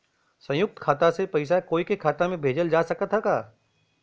संयुक्त खाता से पयिसा कोई के खाता में भेजल जा सकत ह का?